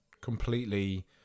completely